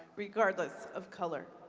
regardless of color.